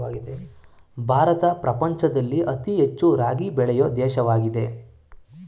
ಭಾರತ ಪ್ರಪಂಚದಲ್ಲಿ ಅತಿ ಹೆಚ್ಚು ರಾಗಿ ಬೆಳೆಯೊ ದೇಶವಾಗಿದೆ